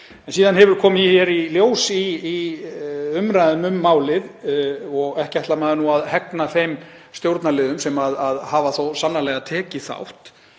Síðan hefur komið í ljós í umræðum um málið, og ekki ætlar maður að hegna þeim stjórnarliðum sem hafa þó sannarlega tekið þátt,